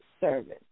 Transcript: service